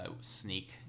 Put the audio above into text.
sneak